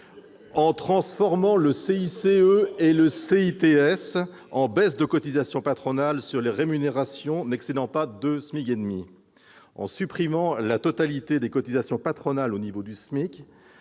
de taxe sur les salaires, le CITS, en baisses de cotisations patronales sur les rémunérations n'excédant pas 2,5 SMIC, en supprimant la totalité des cotisations patronales au niveau du SMIC